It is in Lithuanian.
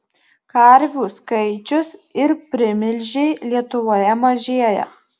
karvių skaičius ir primilžiai lietuvoje mažėja